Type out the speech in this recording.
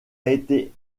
été